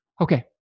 okay